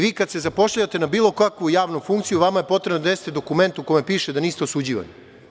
Vi kada se zapošljavate na bilo kakvu javnu funkciju, vama je potrebno da donesete dokument u kome piše da niste osuđivani.